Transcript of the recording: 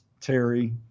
Terry